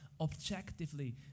objectively